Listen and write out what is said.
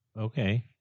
Okay